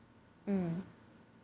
hmm